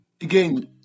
Again